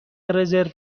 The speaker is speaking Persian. رزرو